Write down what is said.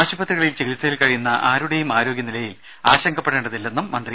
ആശുപത്രികളിൽ ചികി ത്സയിൽ കഴിയുന്ന ആരുടേയും ആരോഗ്യ നിലയിൽ ആശങ്കപ്പെടേ ണ്ടതില്ലെന്നും മന്ത്രി